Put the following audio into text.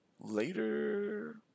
later